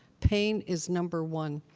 pain is number one.